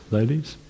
Ladies